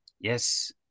Yes